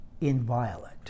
inviolate